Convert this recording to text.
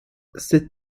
ces